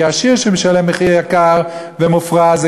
כי העשיר שמשלם מחיר יקר ומופרז,